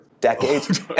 decades